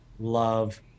love